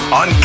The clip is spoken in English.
on